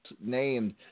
named